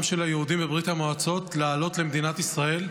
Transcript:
של היהודים מברית המועצות לעלות למדינת ישראל.